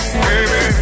baby